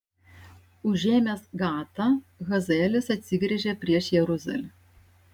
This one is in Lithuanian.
užėmęs gatą hazaelis atsigręžė prieš jeruzalę